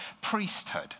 priesthood